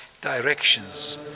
directions